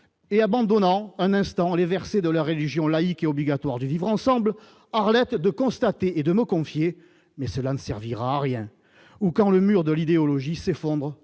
et abandonnant un instant les versets de la religion laïque et obligatoire du vivre ensemble, Arlette, de constater et de nos confiés mais cela ne servira à rien, ou quand le mur de l'idéologie s'effondre